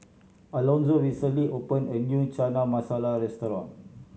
Alonzo recently opened a new Chana Masala Restaurant